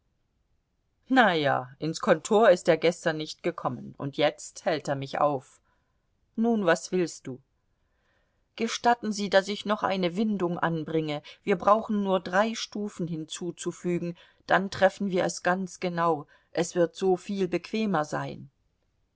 na ja ins kontor ist er gestern nicht gekommen und jetzt hält er mich auf nun was willst du gestatten sie daß ich noch eine windung anbringe wir brauchen nur drei stufen hinzuzufügen dann treffen wir es ganz genau es wird so viel bequemer sein